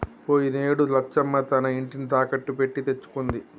పోయినేడు లచ్చమ్మ తన ఇంటిని తాకట్టు పెట్టి తెచ్చుకుంది